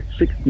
six